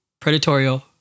predatorial